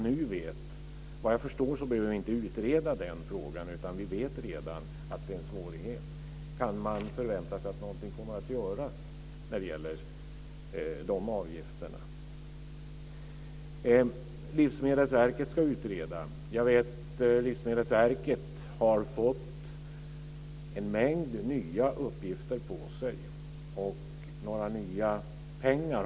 Såvitt jag förstår behöver den frågan inte utredas, utan vi vet redan att slaktavgifterna är en svårighet. Kan man förvänta att någonting kommer att göras när det gäller dessa avgifter? Livsmedelsverket, som ska utreda detta, har fått en mängd nya uppgifter sig förelagda, men verket har inte tillförts några nya pengar.